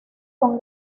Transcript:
con